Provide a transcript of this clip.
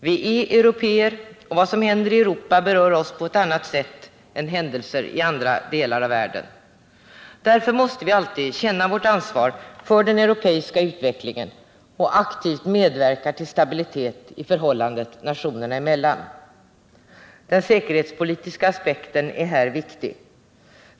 Vi är européer, och vad som händer i Europa berör oss på ett annat sätt än händelser i andra delar av världen. Därför måste vi alltid känna vårt ansvar för den europeiska utvecklingen och aktivt medverka till stabilitet i förhållandet nationerna emellan. Den säkerhetspolitiska aspekten är här viktig.